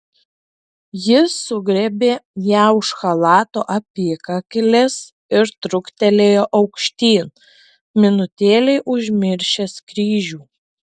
jis sugriebė ją už chalato apykaklės ir truktelėjo aukštyn minutėlei užmiršęs kryžių